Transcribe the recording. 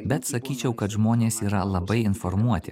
bet sakyčiau kad žmonės yra labai informuoti